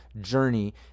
journey